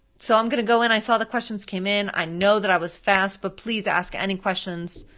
so i'm gonna go in, i saw the questions came in, i know that i was fast, but please ask any questions.